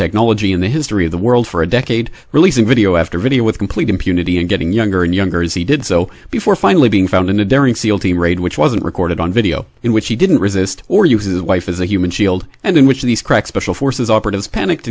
technology in the history of the world for a decade releasing video after video with complete impunity and getting younger and younger as he did so before finally being found in a daring seal team raid which wasn't recorded on video in which he didn't resist or uses wife as a human shield and in which of these crack special forces operatives panicked